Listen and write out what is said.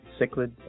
cichlid